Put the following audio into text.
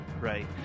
right